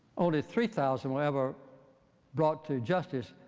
only three thousand were ever brought to justice.